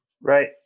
Right